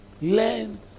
learn